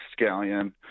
scallion